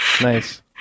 Nice